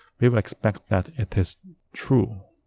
we will expect that it is true